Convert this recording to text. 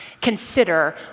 consider